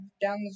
down